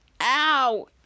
ow